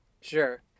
Sure